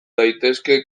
daitezke